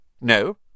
No